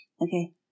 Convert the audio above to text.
Okay